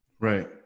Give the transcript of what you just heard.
right